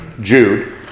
Jude